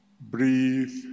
Breathe